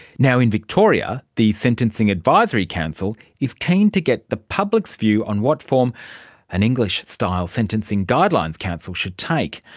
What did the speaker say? now in victoria the sentencing advisory council is keen to get the public's view on what form an english style sentencing guideline council should take.